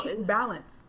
balance